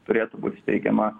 turėtų būt steigiama